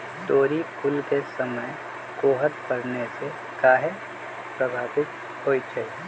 तोरी फुल के समय कोहर पड़ने से काहे पभवित होई छई?